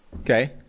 Okay